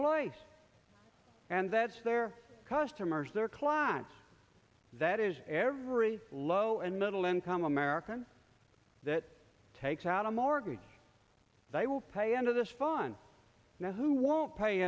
voice and that's their customers their clients that is every low and middle income americans that takes out a mortgage they will pay under this fun and who won't pay